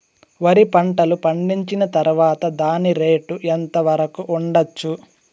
వరి పంటలు పండించిన తర్వాత దాని రేటు ఎంత వరకు ఉండచ్చు